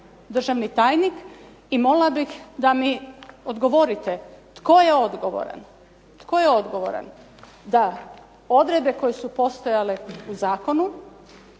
državni tajnik. I molila bih da mi odgovorite tko je odgovoran da odredbe koje su postojale u zakonu,